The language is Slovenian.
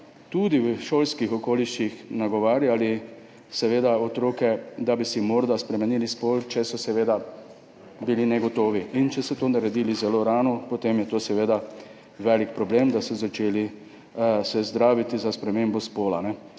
tudi v šolskih okoliših nagovarjali otroke, da bi si morda spremenili spol, če so seveda bili negotovi. Če so to naredili zelo rano, potem je to velik problem, da so se začeli zdraviti za spremembo spola.